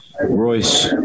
royce